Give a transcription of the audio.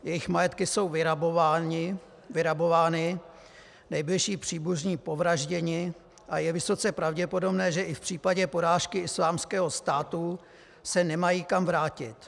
Jejich majetky jsou vyrabovány, nejbližší příbuzní povražděni a je vysoce pravděpodobné, že i v případě porážky Islámského státu se nemají kam vrátit.